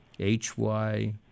H-Y